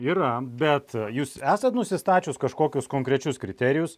yra bet jūs esat nusistačius kažkokius konkrečius kriterijus